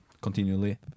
continually